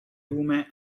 lume